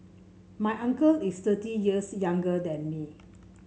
my uncle is thirty years younger than me